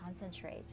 concentrate